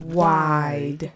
Wide